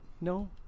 no